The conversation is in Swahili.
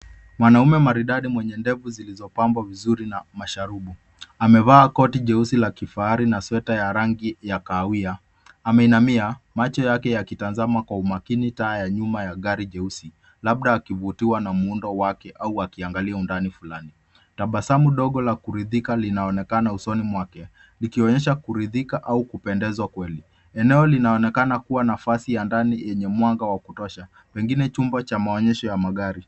Mwanaume maridadi mwenye ndevu zilizopambwa vizuri na masharubu. Amevaa koti jeusi la kifahari na sweta ya rangi ya kahawia. Ameinamia macho yake yakitazama umakini taa ya nyuma ya gari jeusii; labda akivutiwa na muundo wake au akiangalia undani fulani. Tabasamu dogo la kuridhika linaonekana usoni mwake likionyesha kuridhika au kupendezwa kweli. Eneo linaonekana kuwa nafasi ya ndani yenye mwanga wa kutosha, pengine chumba cha maonyesho ya magari.